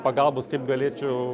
pagalbos kaip galėčiau